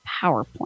PowerPoint